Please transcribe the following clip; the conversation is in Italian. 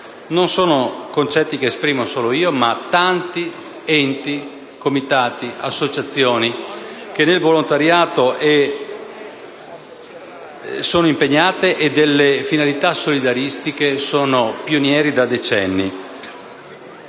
Non sono concetti che esprimo solo io ma tanti enti, comitati, associazioni impegnate nel volontariato e che delle finalità solidaristiche sono pionieri da decenni.